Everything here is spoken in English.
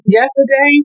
yesterday